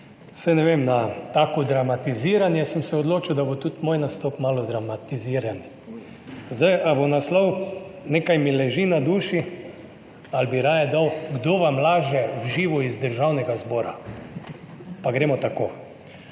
Saj ne vem, na tako dramatiziranje sem se odločil, da bo tudi moj nastop malo dramatiziran, ali bo naslov Nekaj mi leži na duši ali bi raje dal Kdo vam laže v živo iz Državnega zbora. Pa gremo tako.